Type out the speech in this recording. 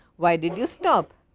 why did you stop?